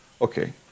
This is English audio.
Okay